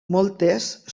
moltes